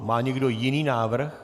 Má někdo jiný návrh?